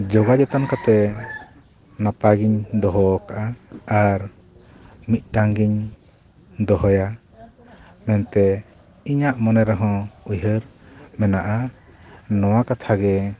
ᱡᱚᱜᱟᱣ ᱡᱚᱛᱚᱱ ᱠᱟᱛᱮ ᱱᱟᱯᱟᱭ ᱜᱮᱧ ᱫᱚᱦᱚ ᱟᱠᱟᱫᱼᱟ ᱟᱨ ᱢᱤᱫᱴᱟᱝ ᱜᱮᱧ ᱫᱚᱦᱚᱭᱟ ᱢᱮᱱᱛᱮ ᱤᱧᱟᱹᱜ ᱢᱚᱱᱮ ᱨᱮᱦᱚᱸ ᱩᱭᱦᱟᱹᱨ ᱢᱮᱱᱟᱜᱼᱟ ᱱᱚᱣᱟ ᱠᱟᱛᱷᱟ ᱜᱮ